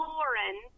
Lauren